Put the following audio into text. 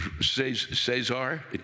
Cesar